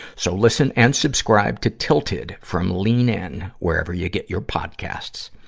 so listen and subscribe to tilted from lean in, wherever you get your podcasts.